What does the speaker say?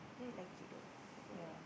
seems like it though never mind